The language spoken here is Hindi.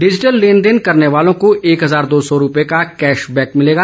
डिजिटल लेनदेन करने वालों को एक हजार दो सौ रूपये का कैश बैक मिलेगा